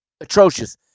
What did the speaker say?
atrocious